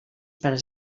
pares